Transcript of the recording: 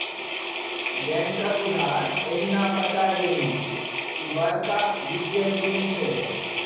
बैंकक उधार एहिना पचा जेभी, ई बड़का वित्तीय जुलुम छै